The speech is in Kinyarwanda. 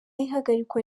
y’ihagarikwa